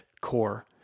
core